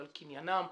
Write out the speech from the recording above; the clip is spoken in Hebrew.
על קניינם,